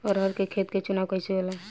अरहर के खेत के चुनाव कइसे होला?